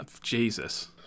Jesus